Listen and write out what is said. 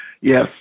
yes